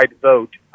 vote